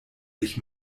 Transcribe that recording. sich